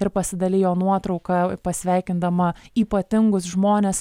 ir pasidalijo nuotrauka pasveikindama ypatingus žmones